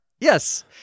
Yes